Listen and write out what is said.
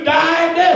died